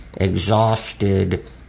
exhausted